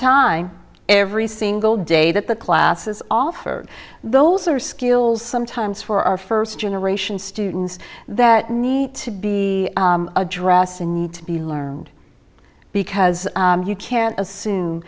time every single day that the classes offered though also are skills sometimes for our first generation students that need to be addressed and need to be learned because you can't assume